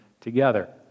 together